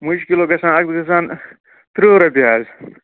مُجہِ کِلوٗ گژھان اَز گژھان تٕرٛہ رۄپیہِ حظ